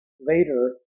later